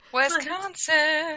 Wisconsin